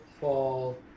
fall